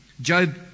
Job